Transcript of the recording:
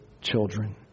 children